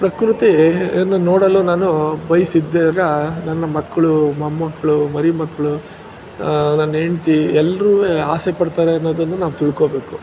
ಪ್ರಕೃತಿಯನ್ನು ನೋಡಲು ನಾನು ಬಯಸಿದ್ದಾಗ ನನ್ನ ಮಕ್ಕಳು ಮೊಮ್ಮಕ್ಕಳು ಮರಿ ಮಕ್ಕಳು ನನ್ನ ಹೆಂಡ್ತಿ ಎಲ್ಲರೂ ಆಸೆ ಪಡ್ತಾರೆ ಅನ್ನೋದನ್ನು ನಾವು ತಿಳ್ಕೊಬೇಕು